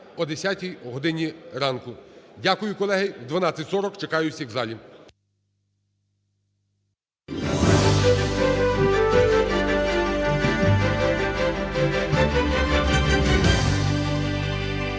Дякую, колеги. О 12:40 чекаю всіх у залі.